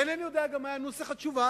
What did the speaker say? ואינני יודע גם מה היה נוסח התשובה,